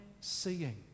seeing